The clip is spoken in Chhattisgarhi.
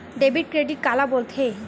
डेबिट क्रेडिट काला बोल थे?